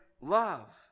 love